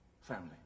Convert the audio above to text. Family